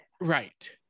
Right